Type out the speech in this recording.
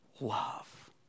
love